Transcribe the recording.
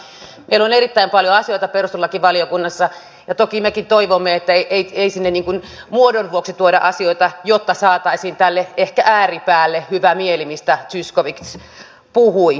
meillä on erittäin paljon asioita perustuslakivaliokunnassa ja toki mekin toivomme että sinne ei niin kuin muodon vuoksi tuoda asioita jotta saataisiin tälle ehkä ääripäälle hyvä mieli mistä zyskowicz puhui